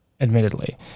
admittedly